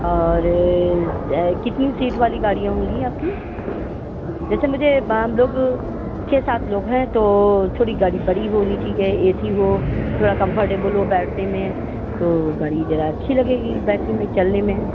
और ए कितनी सीट वाली गाड़ियाँ होंगी आपकी जैसे मुझे हम लोग छः सात लोग हैं तो थोड़ी गाड़ी बड़ी होनी चाहिए ए सी हो थोड़ा कम्फ़र्टेबुल हो बैठने में तो गाड़ी ज़रा अच्छी लगेगी बैठने में चलने में